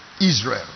Israel